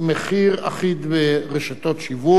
הכללת עבירת נהיגה בשכרות),